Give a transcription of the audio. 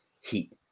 heat